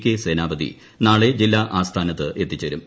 K Senapathi നാളെ ജില്ലാ ആസ്ഥാനത്ത് എത്തിച്ചേരും